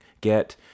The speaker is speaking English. get